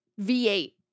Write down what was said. V8